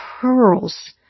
pearls